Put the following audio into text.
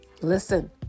Listen